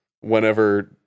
whenever